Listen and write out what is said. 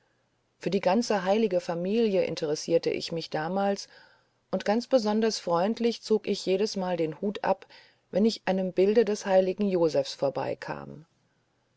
für die ganze heilige familie interessierte ich mich damals und ganz besonders freundlich zog ich jedesmal den hut ab wenn ich einem bilde des heiligen josephs vorbeikam